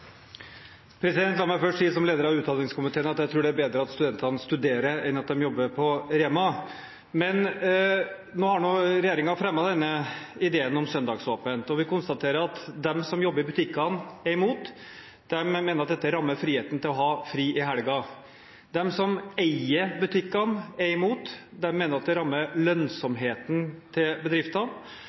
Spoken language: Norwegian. La meg først si som leder av utdanningskomiteen at jeg tror det er bedre at studentene studerer, enn at de jobber på Rema. Men nå har nå regjeringen fremmet denne ideen om søndagsåpent, og vi konstaterer at de som jobber i butikkene, er imot, de mener at dette rammer friheten til å ha fri i helga. De som eier butikkene, er imot, de mener at det rammer lønnsomheten til bedriftene,